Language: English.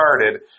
started